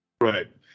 Right